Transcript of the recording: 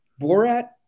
Borat